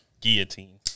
guillotine